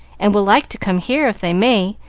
and would like to come here, if they may,